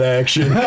action